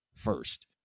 first